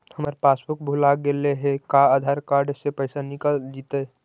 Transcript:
हमर पासबुक भुला गेले हे का आधार कार्ड से पैसा निकल जितै?